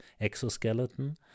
exoskeleton